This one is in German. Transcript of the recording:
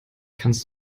kannst